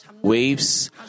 waves